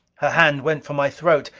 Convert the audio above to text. her hand went for my throat,